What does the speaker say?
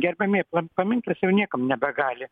gerbiami paminklas jau niekam nebegali